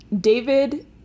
David